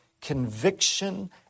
conviction